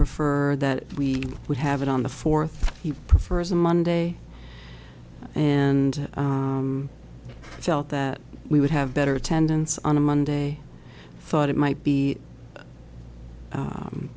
prefer that we would have it on the fourth he prefers a monday and felt that we would have better attendance on a monday thought it might be